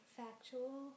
factual